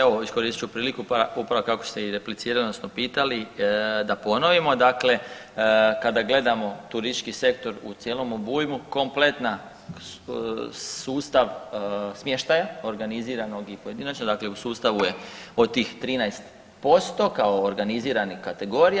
Evo iskoristit ću priliku pa upravo kako ste i replicirali odnosno pitali da ponovimo, dakle kada gledamo turistički sektor u cijelom obujmu kompletan sustav smještaja organiziranog i pojedinačnog dakle u sustavu je od tih 13% kao organiziranih kategorija.